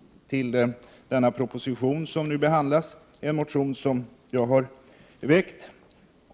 väckt i samband med den proposition som nu behandlas.